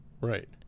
right